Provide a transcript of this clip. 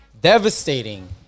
Devastating